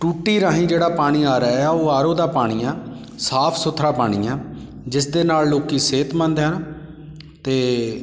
ਟੂਟੀ ਰਾਹੀਂ ਜਿਹੜਾ ਪਾਣੀ ਆ ਰਿਹਾ ਉਹ ਆਰ ਓ ਦਾ ਪਾਣੀ ਆ ਸਾਫ ਸੁਥਰਾ ਪਾਣੀ ਆ ਜਿਸ ਦੇ ਨਾਲ ਲੋਕ ਸਿਹਤਮੰਦ ਹਨ ਅਤੇ